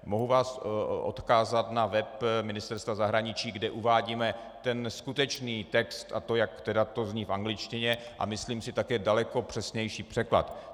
Mohu vás odkázat na web Ministerstva zahraničí, kde uvádíme skutečný text a to, jak to zní v angličtině, a myslím si také daleko přesnější překlad.